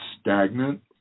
stagnant